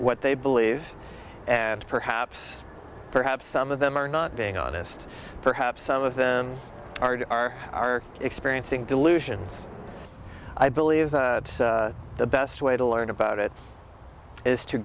they believe and perhaps perhaps some of them are not being honest perhaps some of them are are are experiencing delusions i believe the best way to learn about it is to